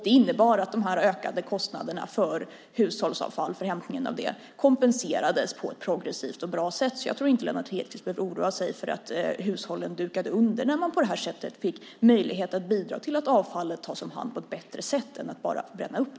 Det innebar att de ökade kostnaderna för hämtningen av hushållsavfall kompenserades på ett progressivt och bra sätt. Jag tror alltså inte att Lennart Hedquist behöver oroa sig för att hushållen dukade under när man på detta sätt fick möjlighet att bidra till att avfallet tas om hand på ett bättre sätt än att bara brännas upp.